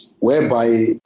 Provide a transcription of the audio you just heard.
whereby